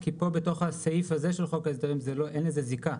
כי פה בתוך הסעיף הזה בחוק ההסדרים אין לזה זיקה.